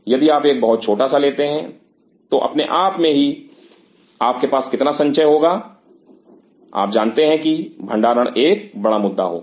यदि आप एक बहुत छोटा सा लेते हैं तो अपने आप में ही आपके पास कितना संचय होगा आप जानते हैं कि भंडारण एक बड़ा मुद्दा होगा